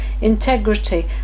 integrity